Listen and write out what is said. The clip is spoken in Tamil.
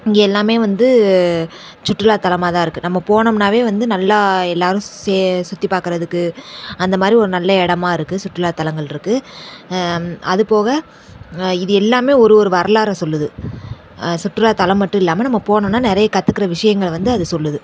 இங்கே எல்லாமே வந்து சுற்றுலா தலமாகதான் இருக்குது நம்ம போனோம்னாவே வந்து நல்லா எல்லாேரும் சே சுற்றி பார்க்கறதுக்கு அந்த மாதிரி ஒரு நல்ல இடமா இருக்குது சுற்றுலா தலங்களிருக்கு அது போக இது எல்லாமே ஒரு ஒரு வரலாறை சொல்லுது சுற்றுலா தலம் மட்டும் இல்லாமல் நம்ம போனோனால் நிறைய கற்றுக்குற விஷயங்களை வந்து அது சொல்லுது